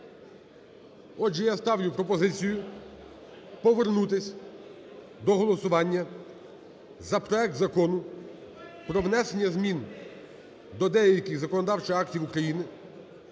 Отже, я ставлю пропозицію повернутись до голосування за проект Закону про внесення змін до деяких законодавчих актів України